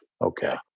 Okay